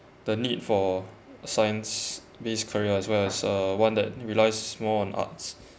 the need for science based career as well as uh one that relies more on arts